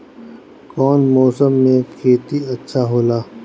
कौन मौसम मे खेती अच्छा होला?